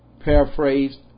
Paraphrased